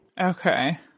Okay